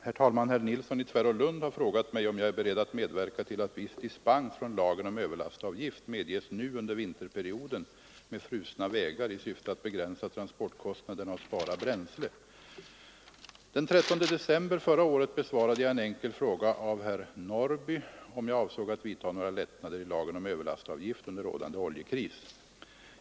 Herr talman! Herr Nilsson i Tvärålund har frågat mig, om jag är beredd att medverka till att viss dispens från lagen om överlastavgift medges nu under vinterperioden med frusna vägar, i syfte att begränsa transportkostnaderna och spara bränsle. Den 13 december förra året besvarade jag en enkel fråga av herr Norrby i Gunnarskog, om jag avsåg att vidtaga några lättnader i lagen om överlastavgift under rådande oljekris.